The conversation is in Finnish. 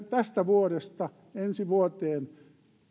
tästä vuodesta ensi vuoteen